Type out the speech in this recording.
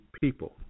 people